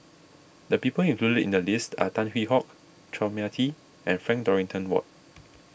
the people included in the list are Tan Hwee Hock Chua Mia Tee and Frank Dorrington Ward